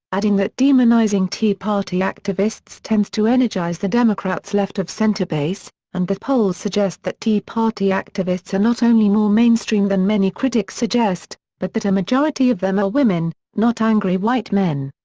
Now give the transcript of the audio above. adding that demonizing tea party activists tends to energize the democrats' left-of-center base and that polls suggest that tea party activists are not only more mainstream than many critics suggest, but that a majority of them are women, not angry white men.